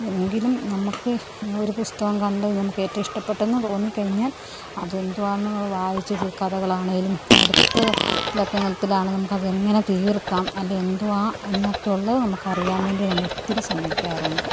എങ്കിലും നമുക്ക് ഒരു പുസ്തകം കണ്ടു നമുക്ക് ഏറ്റവും ഇഷ്ടപ്പെട്ടെന്ന് തോന്നി കഴിഞ്ഞാൽ അതെന്തുവാണെന്ന് വായിച്ചു കഥകളാണെങ്കിലും അടുത്ത ലക്കത്തിലാണെങ്കിൽ നമുക്ക് അതെങ്ങനെ തീർക്കാം അത് എന്തുവാണെണ്ണ് എന്നൊക്കെയുള്ളത് നമുക്ക് അറിയാൻ വേണ്ടി നമ്മൾ ഒത്തിരി ശ്രമിക്കാറുണ്ട്